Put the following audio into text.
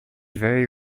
very